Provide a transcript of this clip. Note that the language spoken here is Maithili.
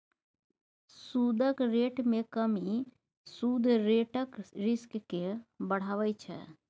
सुदक रेट मे कमी सुद रेटक रिस्क केँ बढ़ाबै छै